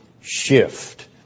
shift